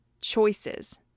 choices